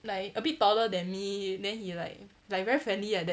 like a bit taller than me then he like like very friendly like that